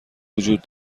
وجود